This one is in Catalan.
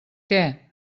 què